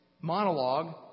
monologue